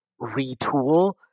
retool